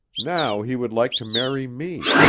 now he would like to marry me.